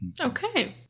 Okay